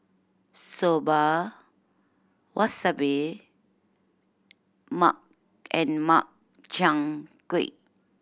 Soba Wasabi and Makchang Gui